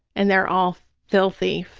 and they're all filthy,